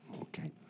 okay